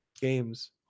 games